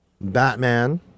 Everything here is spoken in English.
Batman